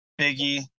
Biggie